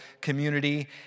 community